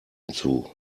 hinzu